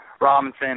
Robinson